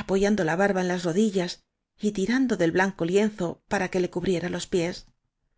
apoyando la barba en las rodillas y ti rando del blanco lienzo para que le cubriera los pies